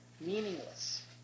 meaningless